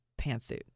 pantsuit